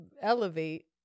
elevate